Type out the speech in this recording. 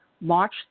March